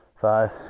five